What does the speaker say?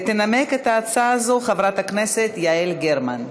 תנמק את הצעת החוק הזאת חברת הכנסת יעל גרמן,